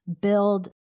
build